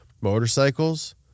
Motorcycles